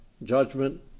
judgment